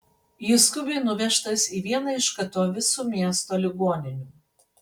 jis skubiai nuvežtas į vieną iš katovicų miesto ligoninių